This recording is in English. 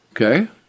Okay